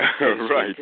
Right